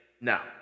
Now